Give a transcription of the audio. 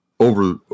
Over